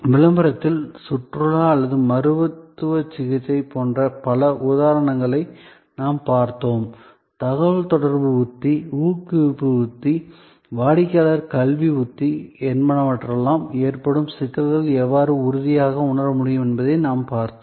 விளம்பரத்தில் சுற்றுலா அல்லது மருத்துவ சிகிச்சை போன்ற பல உதாரணங்களை நாம் பார்த்தோம் தகவல்தொடர்பு உத்தி ஊக்குவிப்பு உத்தி வாடிக்கையாளர் கல்வி உத்தி என்பனவற்றால் ஏற்படும் சிக்கல்களை எவ்வாறு உறுதியாக உணர முடியும் என்பதை நாம் பார்த்தோம்